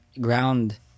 ground